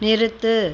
நிறுத்து